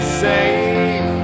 safe